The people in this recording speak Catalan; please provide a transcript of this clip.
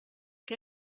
què